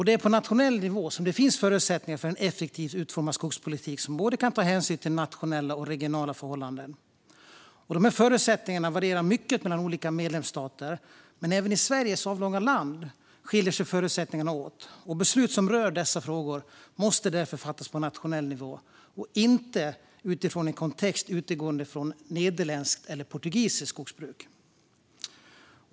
Det är på nationell nivå som det finns förutsättningar för en effektivt utformad skogspolitik som kan ta hänsyn till både nationella och regionala förhållanden. Dessa förutsättningar varierar mycket mellan olika medlemsstater, men även i Sveriges avlånga land skiljer sig förutsättningarna åt. Beslut som rör dessa frågor måste därför fattas på nationell nivå och inte utifrån en kontext utgående från nederländskt eller portugisiskt skogsbruk.